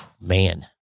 man